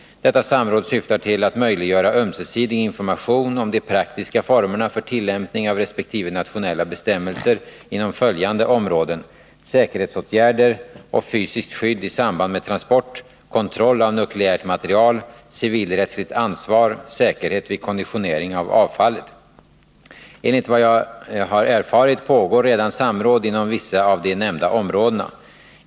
Detta samråd syftar till att möjliggöra ömsesidig information om de praktiska formerna för tillämpning av resp. nationella bestämmelser inom följande områden: säkerhetsåtgärder och fysiskt skydd i samband med transport, kontroll av nukleärt material, civilrättsligt ansvar, säkerhet vid konditionering av avfallet. Enligt vad jag har erfarit pågår redan samråd inom vissa av de nämnda områdena.